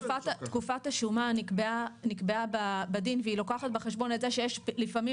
תקופת השומה נקבעה בדין והיא לוקחת בחשבון את זה שלפעמים